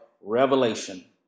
revelation